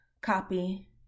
copy